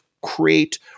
create